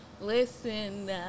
Listen